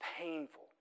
painful